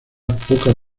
pocas